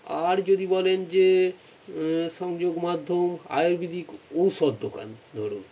আর যদি বলেন যে সংযোগ মাধ্যম আয়ুর্বেদিক ঔষধ দোকান ধরুন